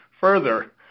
further